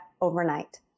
overnight